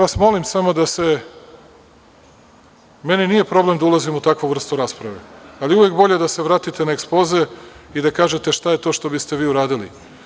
Meni nije problem da ulazim u takvu vrstu rasprave ali je uvek bolje da se vratite na ekspoze i da kažete šta je to što biste vi uradili.